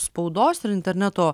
spaudos ir interneto